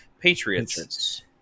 Patriots